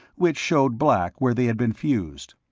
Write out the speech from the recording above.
which showed black where they had been fused.